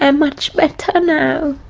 ah much better now.